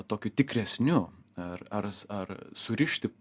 tokiu tikresniu ar ar ar surišti